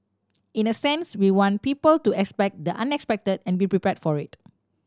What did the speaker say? in a sense we want people to expect the unexpected and be prepared for it